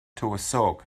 tywysog